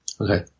Okay